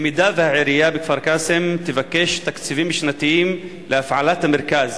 במידה שהעירייה בכפר-קאסם תבקש תקציבים שנתיים להפעלת המרכז,